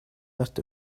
must